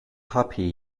puppy